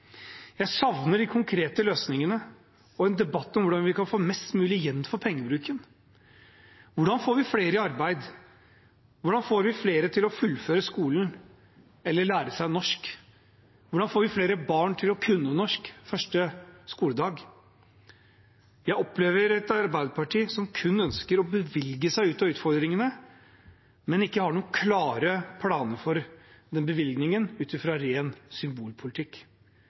Jeg savner de konkrete løsningene og en debatt om hvordan vi kan få mest mulig igjen for pengebruken: Hvordan får vi flere i arbeid? Hvordan får vi flere til å fullføre skolen eller lære seg norsk? Hvordan får vi flere barn til å kunne norsk første skoledag? Jeg opplever et Arbeiderparti som kun ønsker å bevilge seg ut av utfordringene, men som ikke har noen klare planer for den bevilgningen utover ren symbolpolitikk.